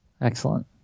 Excellent